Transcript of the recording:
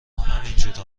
همینجوره